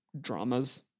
dramas